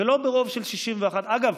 ולא ברוב של 61. אגב,